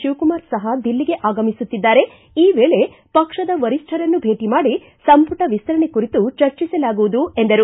ಶಿವಕುಮಾರ್ ಸಹ ದಿಲ್ಲಿಗೆ ಆಗಮಿಸುತ್ತಿದ್ದಾರೆ ಈ ವೇಳೆ ಪಕ್ಷದ ವರಿಷ್ಠರನ್ನು ಭೇಟಿ ಮಾಡಿ ಸಂಪುಟ ವಿಸ್ತರಣೆ ಕುರಿತು ಚರ್ಚಿಸಲಾಗುವುದು ಎಂದರು